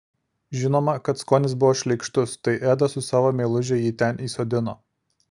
žinoma kad skonis buvo šleikštus tai edas su savo meiluže jį ten įsodino